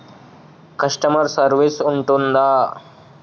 Customer service ఉంటుందా?